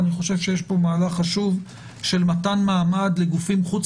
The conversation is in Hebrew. אני חושב שיש פה מהלך חשוב של מתן מעמד לגופים חוץ